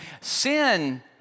Sin